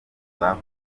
cyane